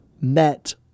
met